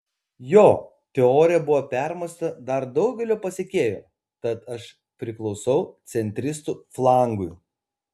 jo teorija buvo permąstyta dar daugelio pasekėjų tad aš priklausau centristų flangui